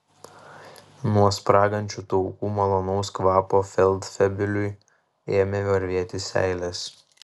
nuo spragančių taukų malonaus kvapo feldfebeliui ėmė varvėti seilės